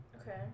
Okay